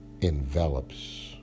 envelops